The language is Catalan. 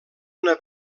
una